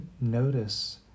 notice